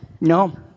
no